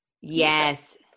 yes